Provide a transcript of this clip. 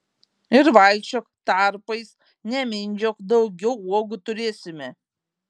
ir vaikščiok tarpais nemindžiok daugiau uogų turėsime